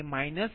98 હશે